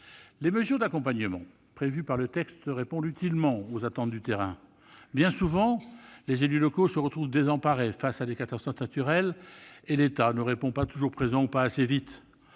Les mesures d'accompagnement prévues par le texte répondent utilement aux attentes du terrain. Bien souvent, les élus locaux se retrouvent désemparés face à des catastrophes naturelles, et l'État ne répond pas toujours présent, ou pas assez vite.